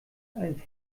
einen